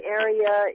area